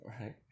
right